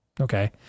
Okay